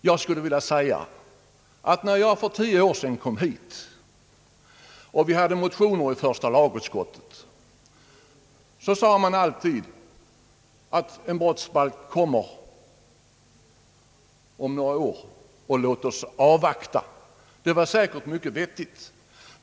Jag skulle vilja påminna om situationen för tio år sedan då jag kom till denna riksdag. När vi då behandlade motioner i första lagutskottet förklarades det alltid att en ny brottsbalk skulle komma om några år. Låt oss avvakta, sade man då. Det var säkert också mycket vettigt.